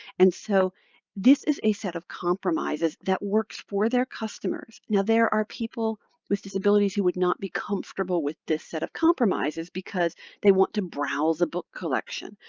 and so this is a set of compromises that works for their customers. now, there are people with disabilities who would not be comfortable with this set of compromises because they want to browse a book collection.